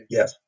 Yes